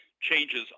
changes